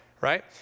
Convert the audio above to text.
right